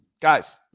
Guys